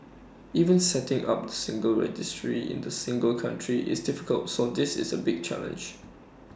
even setting up single registry in the single country is difficult so this is A big challenge